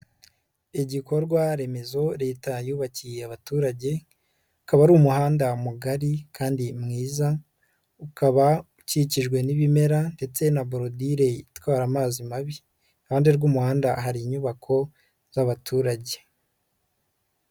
Igikorwa remezo leta yubakiye abaturage, akaba ari umuhanda mugari kandi mwiza, ukaba ukikijwe n'ibimera ndetse na borodire itwara amazi mabi. Iruhande rw'umuhanda hari inyubako z'abaturage.